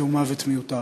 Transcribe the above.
זהו מוות מיותר.